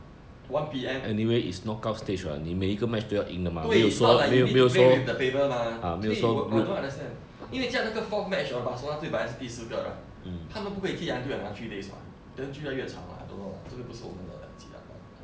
one P_M 对 it's not like you need to play with table 所以 I don't understand 因为这样那个 fourth match orh barcelona 对还是第四个他们不可以踢 until another three days [what] then 就要月常 [what] I don't know lah 这个不是我们的 daiji lah but